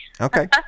Okay